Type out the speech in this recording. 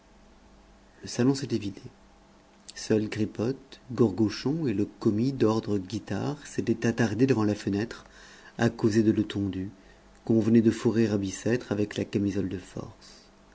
le salon s'était vidé seuls gripothe gourgochon et le commis d'ordre guitare s'étaient attardés devant la fenêtre à causer de letondu qu'on venait de fourrer à bicêtre avec la camisole de force